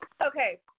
Okay